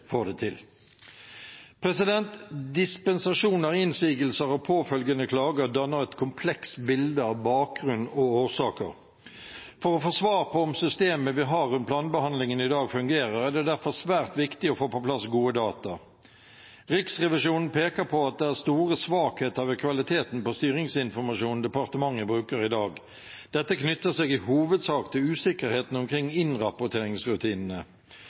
får det til. Dispensasjoner, innsigelser og påfølgende klager danner et komplekst bilde av bakgrunn og årsaker. For å få svar på om systemet vi har rundt planbehandlingen i dag, fungerer, er det derfor svært viktig å få på plass gode data. Riksrevisjonen peker på at det er store svakheter ved kvaliteten på styringsinformasjonen departementet bruker i dag. Dette knytter seg i hovedsak til usikkerheten omkring innrapporteringsrutinene.